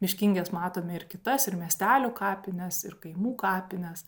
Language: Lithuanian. miškingas matome ir kitas ir miestelių kapines ir kaimų kapines